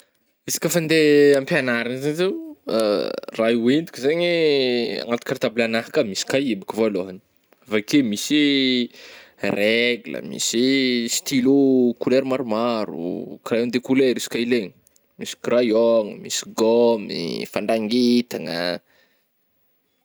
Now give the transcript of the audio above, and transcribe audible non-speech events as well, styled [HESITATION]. Izy ka fa andeha am-piagnarana zey zao oh, [HESITATION] raha hoentiko zegny agnaty cartable anahy ka misy kahie ba ko voalohagny avy akeo misy ih régle, misy ih stylo kolera maromaro, crayon de kolera izy ka ilaigna, misy kraiôgna, misy gaomigny, fandrangitagna.